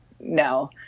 no